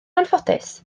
anffodus